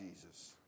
Jesus